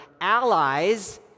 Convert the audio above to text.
allies